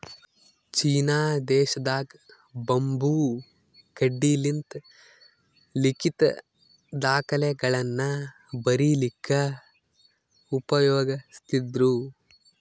China ದೇಶದಾಗ್ bamboo ಕಡ್ಡಿಲಿಂತ್ ಲಿಖಿತ್ ದಾಖಲೆಗಳನ್ನ ಬರಿಲಿಕ್ಕ್ ಉಪಯೋಗಸ್ತಿದ್ರು